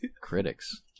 Critics